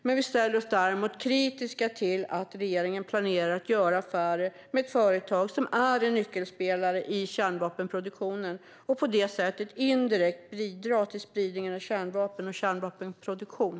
Dock ställer vi oss kritiska till att regeringen planerar att göra affärer med ett företag som är en nyckelspelare i kärnvapenproduktionen och på det sättet indirekt bidrar till spridningen av kärnvapen och kärnvapenproduktion.